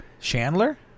Chandler